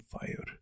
fire